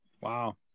wow